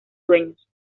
dueños